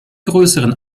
größeren